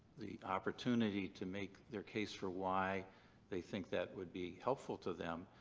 the opportunity to make their case for why they think that would be helpful to them,